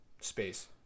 space